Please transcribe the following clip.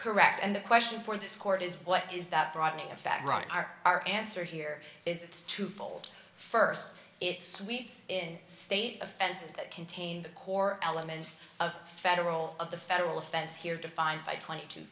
correct and the question for this court is what is that broadening of fact running our our answer here is it's twofold first it's sweeps in state offenses that contain the core elements of federal of the federal offense here defined by twenty t